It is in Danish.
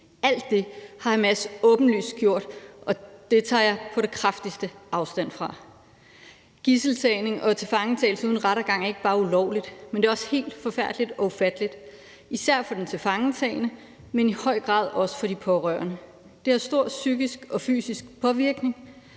Alt det har Hamas åbenlyst gjort, og det tager jeg på det kraftigste afstand fra. Gidseltagning og tilfangetagelse uden rettergang er ikke bare ulovligt, men det er også helt forfærdeligt og ufatteligt, især for den tilfangetagne, men i høj grad også for de pårørende. Det har stor psykisk og fysisk påvirkning,